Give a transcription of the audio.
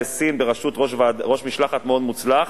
שמבטל נסיעה לסין בראשות ראש משלחת מאוד מוצלח,